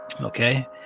Okay